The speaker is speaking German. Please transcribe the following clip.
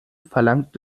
verlangt